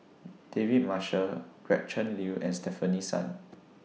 David Marshall Gretchen Liu and Stefanie Sun